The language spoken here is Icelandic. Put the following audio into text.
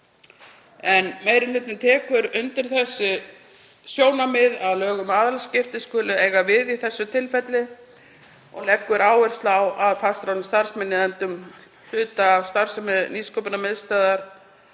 Meiri hlutinn tekur undir það sjónarmið að lög um aðilaskipti skuli eiga við í þessu tilfelli og leggur áherslu á að fastráðnir starfsmenn í nefndum hluta af starfsemi Nýsköpunarmiðstöðvar